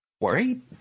worried